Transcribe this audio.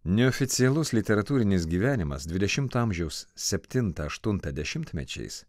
neoficialus literatūrinis gyvenimas dvidešimto amžiaus septintą aštuntą dešimtmečiais